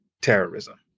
terrorism